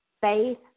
faith